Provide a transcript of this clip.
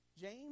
James